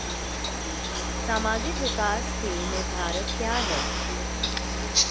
सामाजिक विकास के निर्धारक क्या है?